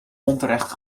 onterecht